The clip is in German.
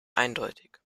eindeutig